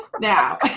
now